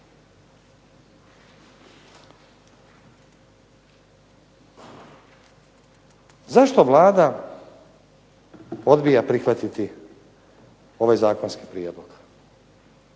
Zašto Vlada odbija prihvatiti ovaj zakonski prijedlog